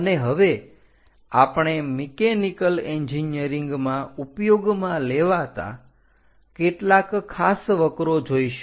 અને હવે આપણે મિકેનિકલ એન્જિનિયરિંગમાં ઉપયોગમાં લેવાતા કેટલાક ખાસ વક્રો જોઈશું